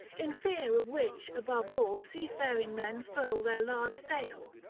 in fear of which above all seafaring men furl their large sail.